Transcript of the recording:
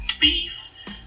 beef